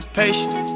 patient